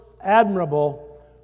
admirable